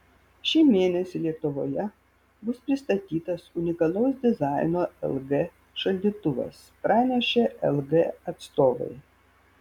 šį mėnesį lietuvoje bus pristatytas unikalaus dizaino lg šaldytuvas pranešė lg atstovai